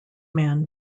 man